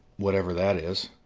whatever that is,